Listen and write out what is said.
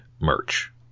merch